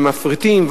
ומפריטים.